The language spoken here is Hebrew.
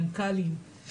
מנכ"לים,